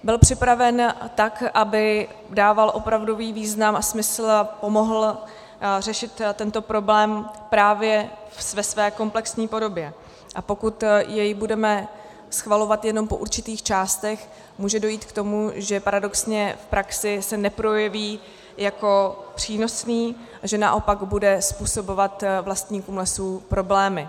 Byl připraven tak, aby dával opravdový význam a smysl a pomohl řešit tento problém právě ve své komplexní podobě, a pokud jej budeme schvalovat jenom po určitých částech, může dojít k tomu, že paradoxně v praxi se neprojeví jako přínosný a že naopak bude způsobovat vlastníkům lesů problémy.